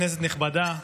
כנסת נכבדה,